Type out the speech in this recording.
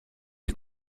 les